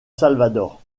salvador